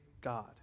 God